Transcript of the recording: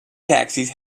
taxis